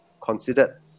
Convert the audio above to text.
considered